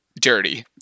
dirty